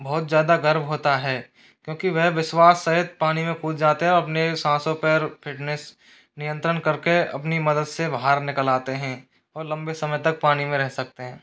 बहुत ज़्यादा गर्व होता है क्योंकि वह विश्वास सहित पानी में कूद जाते हैं अपने साँसों पर फिटनेस नियंत्रण करके अपनी मदद से बाहर निकल आते हैं और लम्बे समय तक पानी में रह सकते हैं